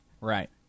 Right